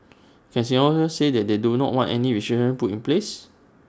can Singaporeans say that they do not want any restriction put in place